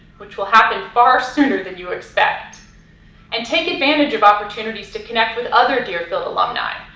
which will happen far sooner than you expect and take advantage of opportunities to connect with other deerfield alumni,